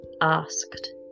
asked